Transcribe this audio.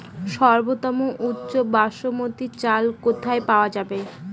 সর্বোওম উচ্চ বাসমতী চাল কোথায় পওয়া যাবে?